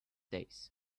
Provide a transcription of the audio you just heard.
days